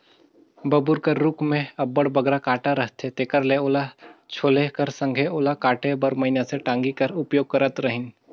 बबूर कर रूख मे अब्बड़ बगरा कटा रहथे तेकर ले ओला छोले कर संघे ओला काटे बर मइनसे टागी कर उपयोग करत रहिन